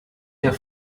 der